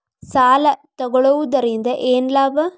ಸಾಲ ತಗೊಳ್ಳುವುದರಿಂದ ಏನ್ ಲಾಭ?